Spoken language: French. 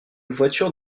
voiture